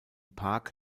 park